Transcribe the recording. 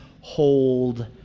hold